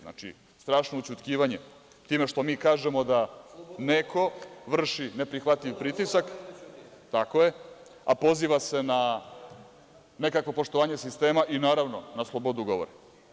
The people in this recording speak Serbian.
Znači, strašno ućutkivanje, time što mi kažemo da neko vrši neprihvatljiv pritisak, a poziva se na nekakvo poštovanje sistema i naravno na slobodu govora.